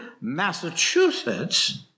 Massachusetts